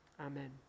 Amen